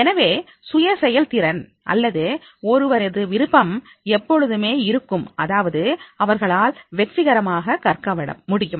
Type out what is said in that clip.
எனவே சுய செயல்திறன் அல்லது ஒருவரது விருப்பம் எப்போதுமே இருக்கும் அதாவது அவர்களால் வெற்றிகரமாக கற்க முடியும்